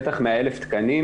בטח מה-1,000 תקנים,